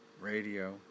radio